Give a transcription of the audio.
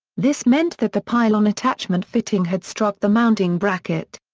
this meant that the pylon attachment fitting had struck the mounting bracket.